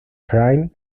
crime